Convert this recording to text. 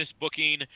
Booking